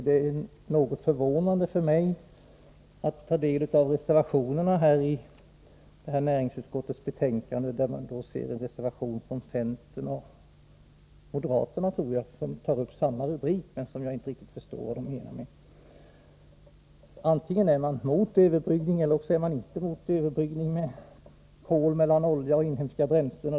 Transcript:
Det är något förvånande för mig att ta del av reservationerna i detta näringsutskottets betänkande. En reservation från centern och moderaterna har samma rubrik som vår, men jag förstår inte riktigt vad man menar. Antingen är man mot eller också är man för en överbryggning med kol mellan olja och inhemska bränslen.